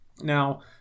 Now